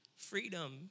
freedom